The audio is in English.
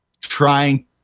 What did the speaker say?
trying